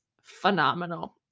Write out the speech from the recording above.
phenomenal